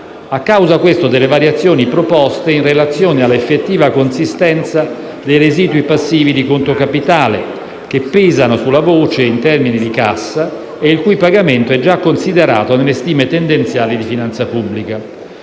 a causa delle variazioni proposte in relazione alla effettiva consistenza dei residui passivi di conto capitale, che pesano sulla voce in termini di cassa, e il cui pagamento è già considerato nelle stime tendenziali di finanza pubblica.